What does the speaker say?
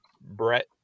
Brett